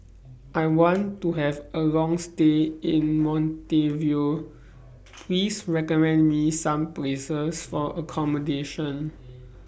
I want to Have A Long stay in Montevideo Please recommend Me Some Places For accommodation